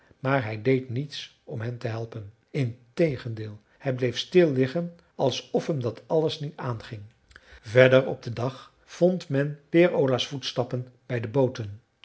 maar hij deed niets om hen te helpen integendeel hij bleef stil liggen alsof hem dat alles niet aanging verder op den dag vond men peer ola's voetstappen bij de booten